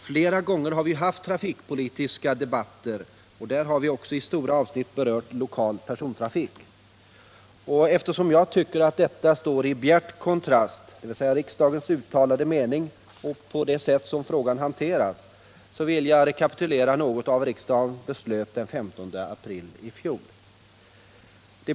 Flera gånger har vi haft trafikpolitiska debatter, i vilka vi också i stor utsträckning berört lokal persontrafik. Eftersom jag tycker att riksdagens uttalade mening står i bjärt kontrast mot det sätt på vilket denna fråga hanteras, vill jag rekapitulera något av riksdagens beslut den 15 april i fjol.